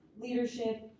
leadership